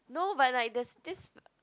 no but like there's this